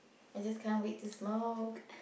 I just can't wait to smoke